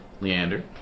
Leander